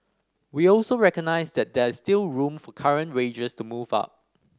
we also recognised that there is still room for current wages to move up